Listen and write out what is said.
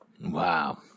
Wow